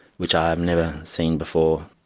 which i have never seen before.